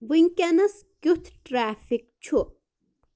وٕنۍکٮ۪نَس کیُتھ ٹرٛیفِک چھُ